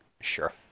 Sure